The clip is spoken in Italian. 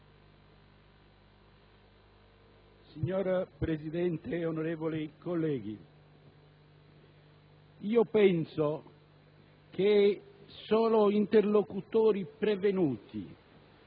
Signora Presidente, onorevoli colleghi, penso che solo interlocutori prevenuti